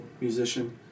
musician